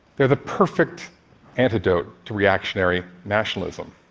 they're the perfect antidote to reactionary nationalism.